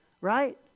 right